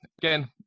again